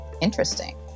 interesting